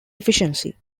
efficiency